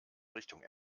richtung